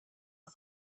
kan